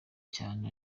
cyane